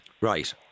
Right